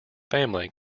family